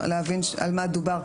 צריך להבין על מה דובר.